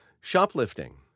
Shoplifting